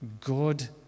God